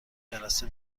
جلسه